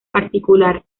particular